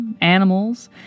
animals